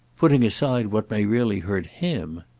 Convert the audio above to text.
putting aside what may really hurt him.